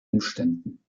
umständen